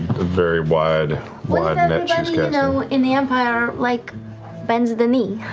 very wide wide and net she's you know in the empire like bends the knee?